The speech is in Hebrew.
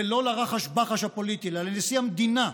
ולא לרחש-בחש הפוליטי אלא לנשיא המדינה,